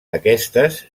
aquestes